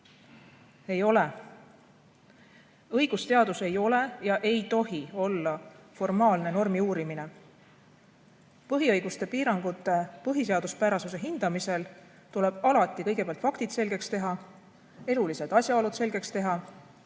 Ei ole. Õigusteadus ei ole ja ei tohi olla formaalne normi uurimine. Põhiõiguste piirangute põhiseaduspärasuse hindamisel tuleb alati kõigepealt faktid selgeks teha, elulised asjaolud selgeks teha,